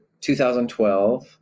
2012